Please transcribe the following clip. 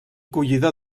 collidor